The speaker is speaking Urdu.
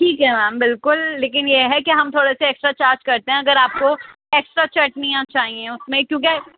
ٹھیک ہے میم بالکل لیکن یہ ہے کہ ہم تھوڑے سے ایکسٹرا چارج کرتے ہیں اگر آپ کو ایکسٹرا چٹنیاں چاہیے اس میں کیونکہ